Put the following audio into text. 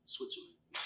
Switzerland